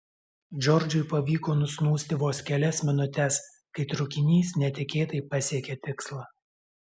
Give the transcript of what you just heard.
džordžui pavyko nusnūsti vos kelias minutes kai traukinys netikėtai pasiekė tikslą